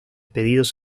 pedidos